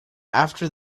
after